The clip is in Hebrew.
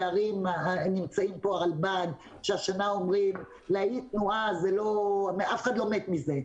נמצאים פה הרלב"ד שהשנה אומרים להאיט תנועה אף אחד לא מת מזה.